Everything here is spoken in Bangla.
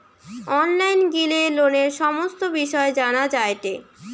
অনলাইন গিলে লোনের সমস্ত বিষয় জানা যায়টে